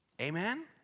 amen